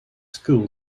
school